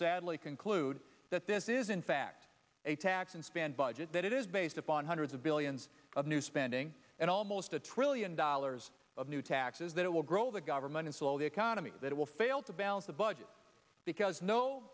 sadly conclude that this is in fact a tax and spend budget that is based upon hundreds of billions of new spending and almost a trillion dollars of new taxes that will grow the government and slow the economy that it will fail to balance the budget because no